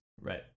Right